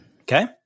Okay